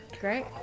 Great